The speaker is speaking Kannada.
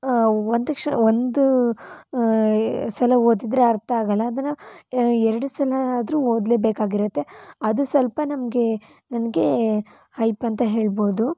ಒಂದು ಕ್ಷ ಒಂದು ಎ ಸಲ ಓದಿದರೆ ಅರ್ಥ ಆಗಲ್ಲ ಅದನ್ನ ಎರಡು ಸಲ ಆದರೂ ಓದಲೇ ಬೇಕಾಗಿರುತ್ತೆ ಅದು ಸ್ವಲ್ಪ ನಮಗೆ ನನಗೆ ಹೈಪ್ ಅಂತ ಹೇಳ್ಬೋದು